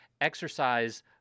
exercise